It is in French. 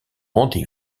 rendez